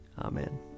Amen